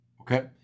Okay